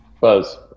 Buzz